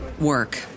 work